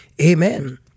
amen